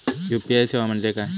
UPI सेवा म्हणजे काय?